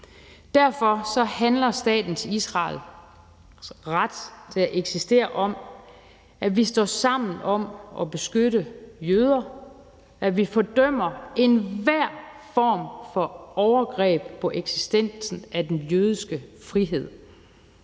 Derfor handler staten Israels ret til at eksistere om, at vi står sammen om at beskytte jøder, og at vi fordømmer enhver form for overgreb på eksistensen af den jødiske frihed.